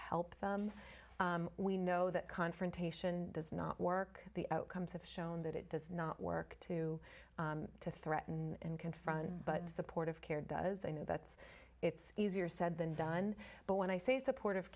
help we know that confrontation does not work the outcomes have shown that it does not work to to threaten and confront but supportive care does and that's it's easier said than done but when i say supportive